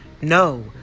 No